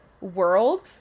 world